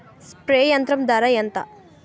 Spray యంత్రం ధర ఏంతా?